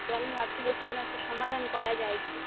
তো আমি ভাবছিলাম কোনও একটা সমাধান করা যায় কি